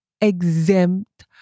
exempt